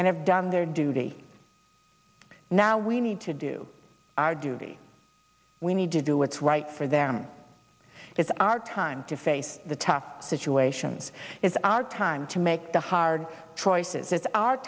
and have done their duty now we need to do our duty we need to do what's right for them it's our time to face the tough situations is our time to make the hard choices it's our